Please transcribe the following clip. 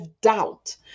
doubt